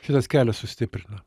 šitas kelias sustiprina